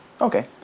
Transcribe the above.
Okay